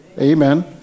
Amen